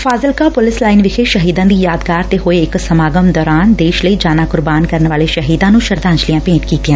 Fazilka police line ਵਿਖੇ ਸ਼ਹੀਦਾਂ ਦੀ ਯਾਦਗਾਰ ਤੋਂ ਹੋਏ ਇਕ ਸਮਾਗਮ ਦੌਰਾਨ ਦੇਸ਼ ਲਈ ਜਾਨਾਂ ਕੁਰਬਾਨ ਕਰਨ ਵਾਲੇ ਸ਼ਹੀਦਾਂ ਨੂੰ ਸ਼ਰਧਾਂਜਲੀਆਂ ਭੇਂਟ ਕੀਤੀਆਂ ਗਈਆਂ